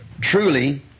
truly